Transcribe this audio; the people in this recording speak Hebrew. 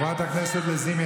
חברת הכנסת לזימי,